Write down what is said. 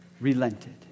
relented